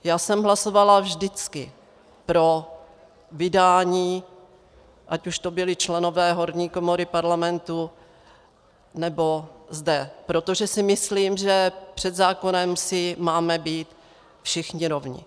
Já jsem hlasovala vždycky pro vydání, ať už to byli členové horní komory Parlamentu, nebo zde, protože si myslím, že před zákonem si máme být všichni rovni.